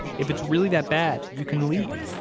if it's really that bad, you can leave.